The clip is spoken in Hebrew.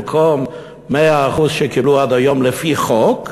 במקום 100% שקיבלו עד היום לפי חוק,